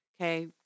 Okay